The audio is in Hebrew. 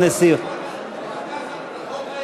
לקחת חוק לידיים.